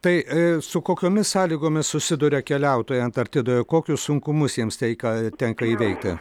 tai su kokiomis sąlygomis susiduria keliautojai antarktidoje kokius sunkumus jiems tai ką tenka įveikti